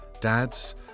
dads